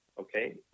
okay